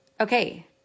okay